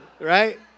right